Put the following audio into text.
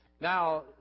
Now